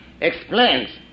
explains